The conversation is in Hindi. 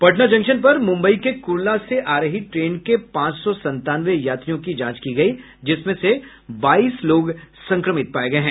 पटना जंक्शन पर मुंबई के कुर्ला से आ रही ट्रेन के पांच सौ संतानवे यात्रियों की जांच की गयी जिसमें से बाईस संक्रमित पाये गये हैं